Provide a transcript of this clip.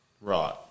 Right